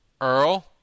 Earl